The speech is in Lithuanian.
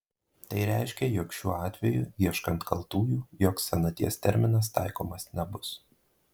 tai reiškia jog šiuo atveju ieškant kaltųjų joks senaties terminas taikomas nebus